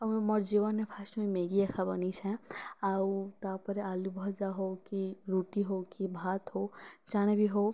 ଆଉ ମୁଁ ମୋର ଜୀବନ୍ରେ ଫାଷ୍ଟ୍ ମୁଇଁ ମ୍ୟାଗି ଏଖା ବନେଇସେଁ ଆଉ ତା'ପରେ ଆଲୁ ଭଜା ହଉକି ରୁଟି ହଉକି ଭାତ୍ ହଉ ଜାଣା ବି ହଉ